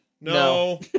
No